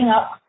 up